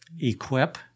equip